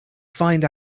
find